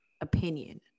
opinion